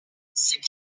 ses